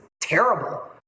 terrible